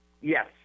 Yes